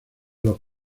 los